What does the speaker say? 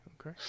okay